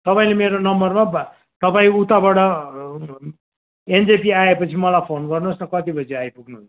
तपाईँले मेरो नम्बरमा तपाईँ उताबाट एनजेपी आएपछि मलाई फोन गर्नुहोस् न कति बजी आइपुग्नु हुन्छ